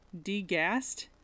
degassed